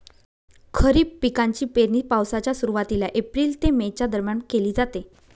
खरीप पिकांची पेरणी पावसाच्या सुरुवातीला एप्रिल ते मे च्या दरम्यान केली जाते